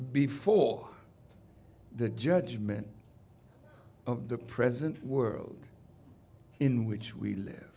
before the judgment of the present world in which we live